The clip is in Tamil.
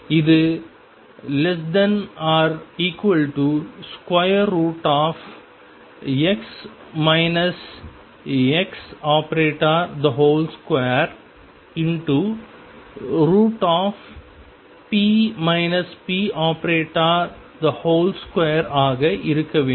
இது ⟨x ⟨x⟩2⟩ ⟨p ⟨p⟩2⟩ ஆக இருக்க வேண்டும்